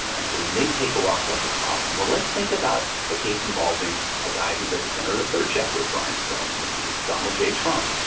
and so when they take a walk, that's a problem. well, let's think about a case involving a guy who's at the center of the third chapter of brian's film, which is donald j. trump.